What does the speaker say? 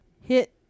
Hit